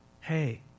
Hey